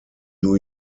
new